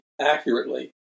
accurately